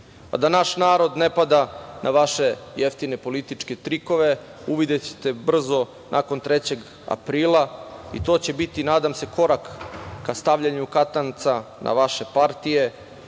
naš narod ne pada na vaše jeftine političke trikove, uvidećete brzo nakon 3. aprila, i to će biti, nadam se, korak ka stavljanju katanca na vaše partije,